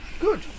good